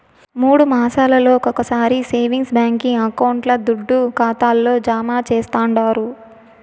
మూడు మాసాలొకొకసారి సేవింగ్స్ బాంకీ అకౌంట్ల దుడ్డు ఖాతాల్లో జమా చేస్తండారు